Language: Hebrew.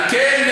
על כן,